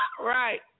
Right